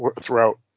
throughout